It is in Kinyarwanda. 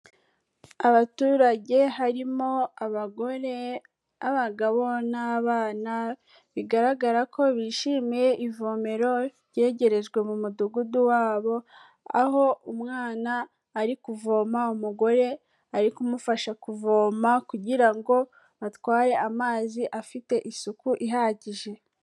Abaturage harimo abagore, abagabo n'abana, bigaragara ko bishimiye ivomero ryegerejwe mu mudugudu wabo, aho umwana ari kuvoma umugore ari kumufasha kuvoma kugira ngo atware amazi afite isuku ihagije.